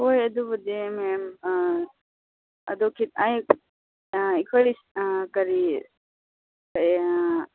ꯍꯣꯏ ꯑꯗꯨꯕꯨꯗꯤ ꯃꯦꯝ ꯑꯗꯣ ꯑꯩ ꯑꯩꯈꯣꯏ ꯀꯔꯤ